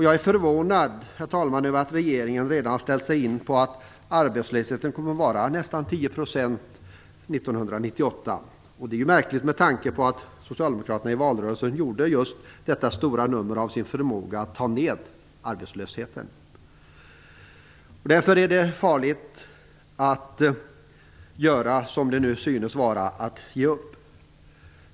Jag är förvånad, herr talman, över att regeringen redan har ställt in sig på att arbetslösheten kommer att vara nästan 10 % 1998. Det är märkligt med tanke på att socialdemokraterna i valrörelsen gjorde ett stort nummer just av sin förmåga att ta ned arbetslösheten. Det är farligt att, som nu synes vara fallet, ge upp.